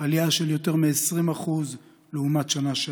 עלייה של יותר מ-20% לעומת השנה שעברה.